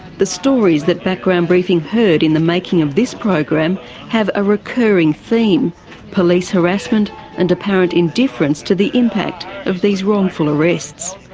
the stories that background briefing heard in the making of this program have a recurring theme police harassment and apparent indifference to the impact of these wrongful arrests.